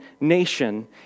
nation